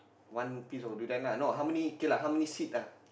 one piece of durian lah no how many okay lah how many seed lah